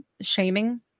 shaming